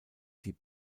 die